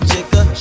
Jigga